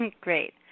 Great